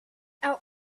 out